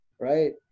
Right